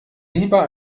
lieber